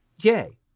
yay